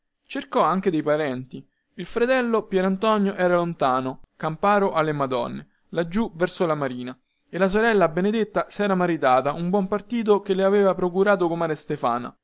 cercò anche dei parenti il fratello pierantonio era lontano camparo alle madonie laggiù verso la marina e la sorella benedetta sera maritata un buon partito che le aveva procurato comare stefana